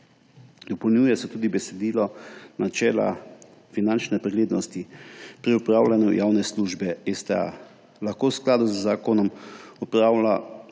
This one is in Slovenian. Dopolnjuje se tudi besedilo načela finančne preglednosti. Pri opravljanju javne službe STA lahko v skladu z zakonom opravlja